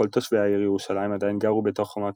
כל תושבי העיר ירושלים עדיין גרו בתוך חומות